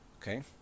okay